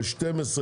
ב-12,